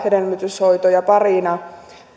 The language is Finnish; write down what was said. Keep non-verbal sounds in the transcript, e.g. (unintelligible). (unintelligible) hedelmöityshoitoja parina